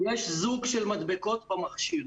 יש זוג מדבקות במכשיר.